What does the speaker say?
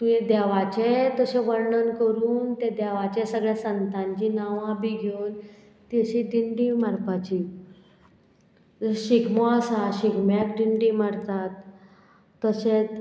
तुयें देवाचें तशें वर्णन करून तें देवाचें सगळ्या संतांचीं नांवां बी घेवन ती अशी दिंडी मारपाची जर शिगमो आसा शिगम्याक दिंडी मारतात तशेंत